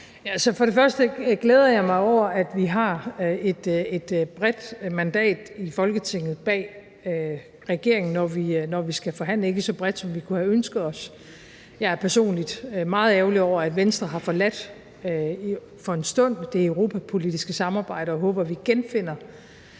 For det første glæder jeg mig jo over, at vi har et bredt mandat i Folketinget bag regeringen, når vi skal forhandle. Det er ikke lige så bredt, som vi kunne have ønsket os. Jeg er personligt meget ærgerlig over, at Venstre har forladt det europapolitiske samarbejde for en stund, og jeg håber, at vi genfinder